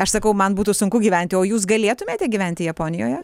aš sakau man būtų sunku gyventi o jūs galėtumėte gyventi japonijoje